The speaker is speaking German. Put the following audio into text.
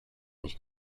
mich